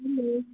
hello